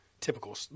typical